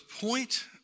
point